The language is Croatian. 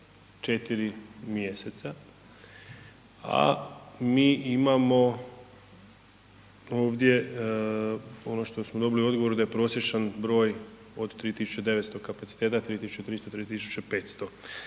4 mjeseca, a mi imamo ovdje ono što smo dobili u odgovoru da je prosječan broj od 3900 kapaciteta, 3300, 3500, oni